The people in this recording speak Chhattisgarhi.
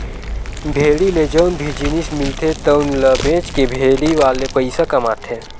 भेड़ी ले जउन भी जिनिस मिलथे तउन ल बेचके भेड़ी वाले पइसा कमाथे